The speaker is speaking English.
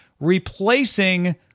replacing